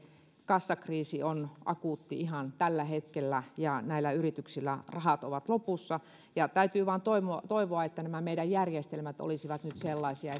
kassakriisi on akuutti ihan tällä hetkellä ja näillä yrityksillä rahat ovat lopussa täytyy vain toivoa toivoa että nämä meidän järjestelmät olisivat nyt sellaisia